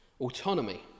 autonomy